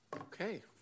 Okay